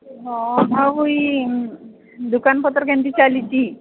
ହଁ ଭଉ ହଇ ଦୋକାନପତ୍ର କେମିତି ଚାଲିଛି